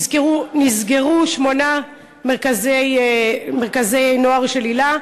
נסגרו שמונה מרכזי נוער של היל"ה,